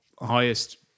highest